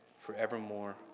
forevermore